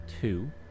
Two